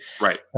Right